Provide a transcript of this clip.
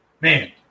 man